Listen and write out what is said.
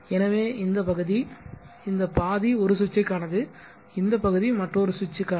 எனவே இந்த பகுதி இந்த பாதி ஒரு சுவிட்சிற்கானது இந்த பகுதி மற்றொரு சுவிட்சுக்கு ஆனது